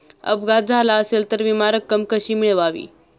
अपघात झाला असेल तर विमा रक्कम कशी मिळवावी?